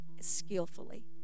skillfully